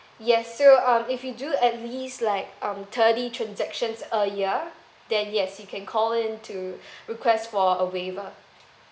yes so um if you do at least like um thirty transactions a year then yes you can call in to request for a waiver